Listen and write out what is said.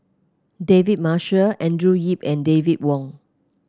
David Marshall Andrew Yip and David Wong